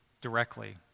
directly